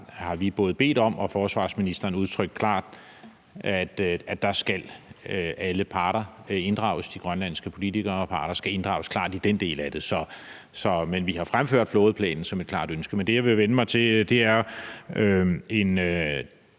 har vi bedt om, og forsvarsministeren har udtrykt klart, at alle parter skal inddrages. De grønlandske politikere og parter skal inddrages klart i den del af det. Men vi har fremført flådeplanen som et klart ønske. Det, jeg vil vende mig mod, er